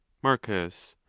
marcus.